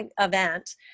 event